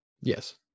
yes